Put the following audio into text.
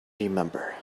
remember